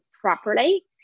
properly